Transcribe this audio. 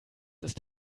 ist